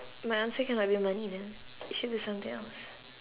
my answer cannot be money then it should be something else